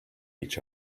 each